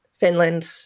Finland